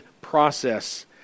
process